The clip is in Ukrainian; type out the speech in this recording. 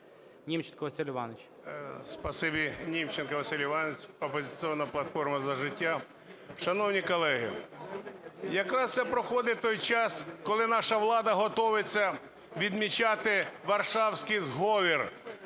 Німченко Василь Іванович.